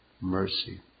mercy